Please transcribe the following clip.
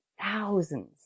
thousands